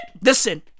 listen